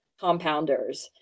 compounders